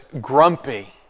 grumpy